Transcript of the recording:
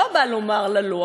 לא נועד לומר לה לא.